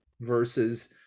versus